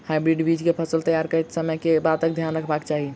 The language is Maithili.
हाइब्रिड बीज केँ फसल तैयार करैत समय कऽ बातक ध्यान रखबाक चाहि?